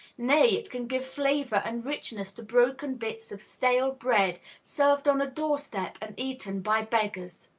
nay, it can give flavor and richness to broken bits of stale bread served on a doorstep and eaten by beggars.